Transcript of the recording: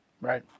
Right